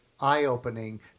eye-opening